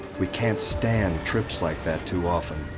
we can't stand trips like that too often.